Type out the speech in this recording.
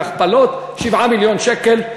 בהכפלות: 7 מיליון שקל,